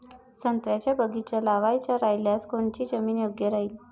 संत्र्याचा बगीचा लावायचा रायल्यास कोनची जमीन योग्य राहीन?